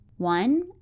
One